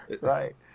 Right